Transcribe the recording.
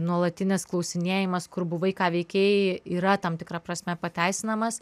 nuolatinis klausinėjimas kur buvai ką veikiai yra tam tikra prasme pateisinamas